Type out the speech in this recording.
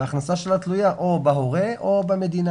וההכנסה שלה תלויה או בהורה או במדינה,